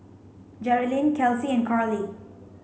Jerilynn Kelsi and Carlie